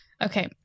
Okay